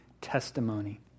testimony